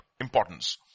importance